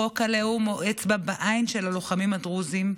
חוק הלאום הוא אצבע בעין של הלוחמים הדרוזים,